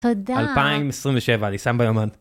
‫תודה. ‫2027, אני שם ביומן.